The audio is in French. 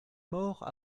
mort